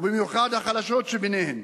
ובמיוחד של החלשות שביניהן,